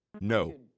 No